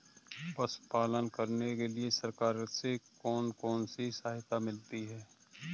पशु पालन करने के लिए सरकार से कौन कौन सी सहायता मिलती है